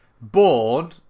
born